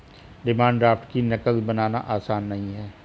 demand draft की नक़ल बनाना आसान नहीं है